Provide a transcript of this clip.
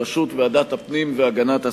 בראשות יושב-ראש ועדת הפנים והגנת הסביבה: